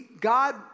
God